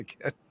again